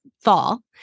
fall